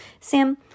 sam